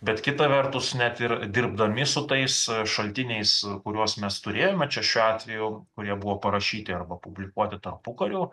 bet kita vertus net ir dirbdami su tais šaltiniais kuriuos mes turėjome čia šiuo atveju kurie buvo parašyti arba publikuoti tarpukariu